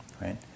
right